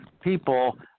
people